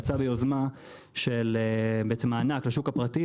המשרד יצא ביוזמה של מענק לשוק הפרטי,